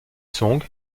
song